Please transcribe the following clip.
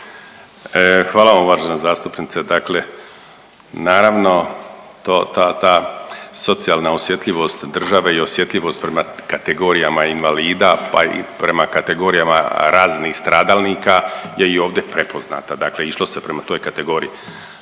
Hvala vam uvažena zastupnice. Dakle, naravno to, ta socijalna osjetljivost države i osjetljivost prema kategorijama invalida pa i prema kategorijama raznih stradalnika je i ovdje prepoznata. Dakle, išlo se prema toj kategoriji.